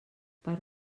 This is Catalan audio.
per